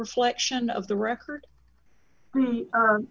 reflection of the record